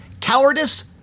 Cowardice